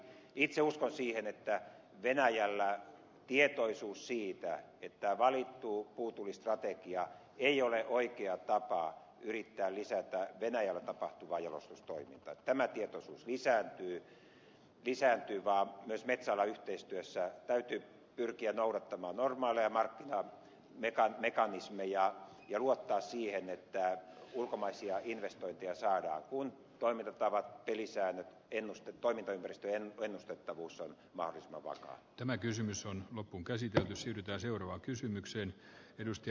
itse uskon siihen että venäjällä lisääntyy tietoisuus siitä että valittu puutullistrategia ei ole oikea tapa yrittää lisätä venäjällä tapahtuvaa jalostustoimintaa tämä tieto lisää eli isää vaan myös metsäalan yhteistyössä täytyy pyrkiä noudattamaan normaaleja markkinamekanismeja ja luottaa siihen että ulkomaisia investointeja saadaan kun toimintatavat pelisäännöt toimintaympäristö ja ennustettavuus on marista paskaa tämä kysymys on loppuunkäsitelty sytyttää ovat mahdollisimman vakaat